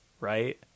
right